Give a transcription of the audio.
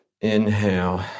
inhale